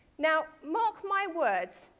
now mark my words,